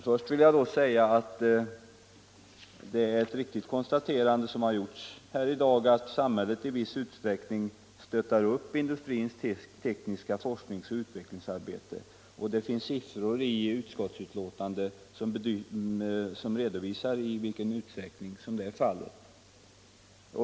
Först vill jag säga att det helt riktigt har konstaterats här i dag att samhället i viss utsträckning stöttar upp industrins tekniska forskningsoch utvecklingsarbete. Det finns siffror i utskottsbetänkandet som redovisar i vilken utsträckning det är fallet.